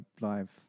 live